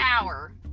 hour